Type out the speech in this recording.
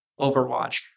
Overwatch